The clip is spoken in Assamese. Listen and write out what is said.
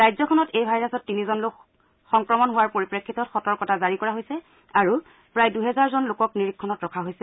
ৰাজ্যখনত এই ভাইৰাছত তিনিজন লোক সংক্ৰমণ হোৱাৰ পৰিপ্ৰেক্ষিতত সতৰ্কতা জাৰি কৰা হৈছে আৰু প্ৰায় দুহেজাৰজন লোকক নিৰীক্ষণত ৰখা হৈছে